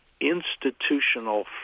institutional